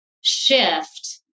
shift